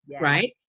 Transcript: right